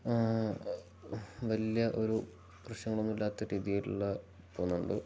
വലിയ ഒരു പ്രശ്നങ്ങളൊന്നും ഇല്ലാത്ത രീതിയിലുള്ള പോകുന്നുണ്ട്